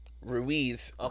Ruiz